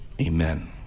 Amen